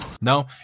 No